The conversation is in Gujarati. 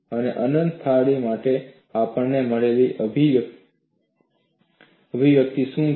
અને અનંત થાળી માટે આપણને મળેલી અભિવ્યક્તિ શું છે